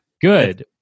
Good